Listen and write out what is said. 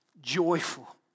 joyful